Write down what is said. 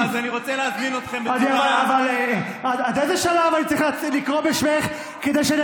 אבל עד איזה שלב אני צריך לקרוא בשמך כדי שאני